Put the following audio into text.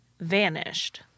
vanished